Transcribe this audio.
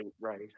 right